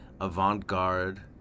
avant-garde